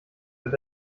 wird